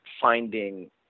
finding